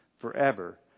forever